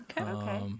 okay